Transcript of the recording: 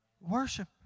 worship